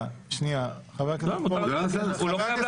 מותר לי